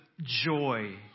joy